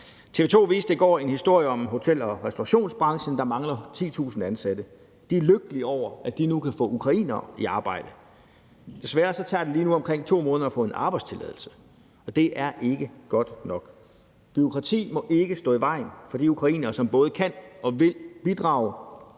TV 2 viste i går en historie om hotel- og restaurationsbranchen, der mangler 10.000 ansatte. De er lykkelige over, at de nu kan få ukrainere i arbejde. Desværre tager det lige nu omkring 2 måneder at få en arbejdstilladelse, og det er ikke godt nok. Bureaukrati må ikke stå i vejen for de ukrainere, som både kan og vil bidrage.